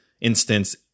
instance